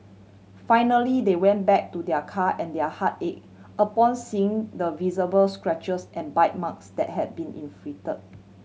finally they went back to their car and their heart ache upon seeing the visible scratches and bite marks that had been inflict